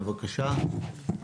בבקשה.